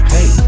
Hey